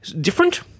different